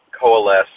coalesce